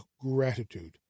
gratitude